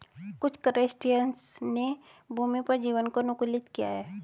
कुछ क्रस्टेशियंस ने भूमि पर जीवन को अनुकूलित किया है